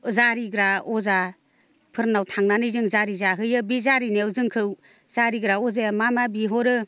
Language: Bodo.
जारिग्रा अजाफोरनाव थांनानै जों जारि जाहैयो बे जारिनायाव जोंखौ जारिग्रा अजाया मा मा बिहरो